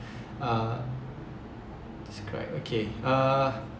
uh describe okay uh